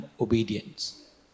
Obedience